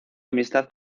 amistad